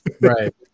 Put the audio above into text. Right